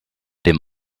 dem